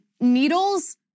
needles